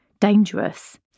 dangerous